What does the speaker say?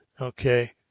okay